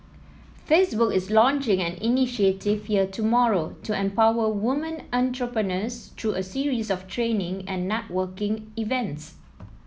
Facebook is launching an initiative here tomorrow to empower women entrepreneurs through a series of training and networking events